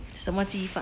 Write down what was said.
什么鸡饭